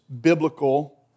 biblical